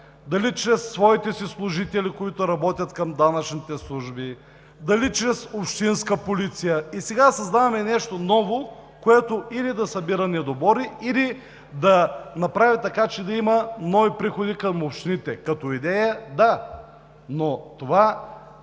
дали чрез своите си служители, които работят към данъчните служби, дали чрез общинска полиция. Сега създаваме нещо ново, което или да събира недобори, или да направи така, че да има нови приходи към общините. Като идея – да, но с